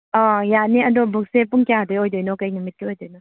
ꯑꯥ ꯌꯥꯅꯤ ꯑꯗꯣ ꯕꯨꯛꯁꯦ ꯄꯨꯡ ꯀꯌꯥꯗꯒꯤ ꯑꯣꯏꯗꯣꯏꯅꯣ ꯀꯩ ꯅꯨꯃꯤꯠꯀꯤ ꯑꯣꯏꯗꯣꯏꯅꯣ